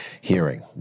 hearing